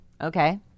Okay